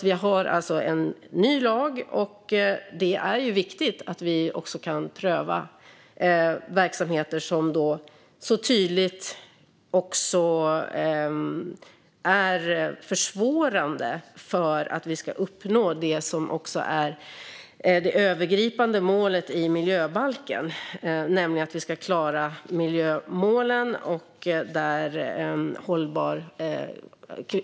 Vi har alltså en ny lag, och det är viktigt att vi kan pröva verksamheter som tydligt är försvårande för att vi ska uppnå det som är det övergripande målet i miljöbalken, nämligen att vi ska klara miljömålen.